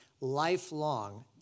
lifelong